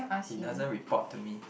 he doesn't report to me